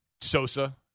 Sosa